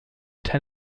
ten